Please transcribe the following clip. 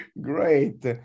Great